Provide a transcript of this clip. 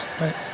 Right